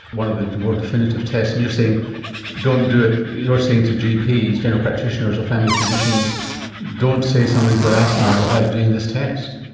one of the more definitive tests. and you're saying don't do it, you're saying to gps, general practitioners, or family physicians don't say somebody's got asthma without doing this test.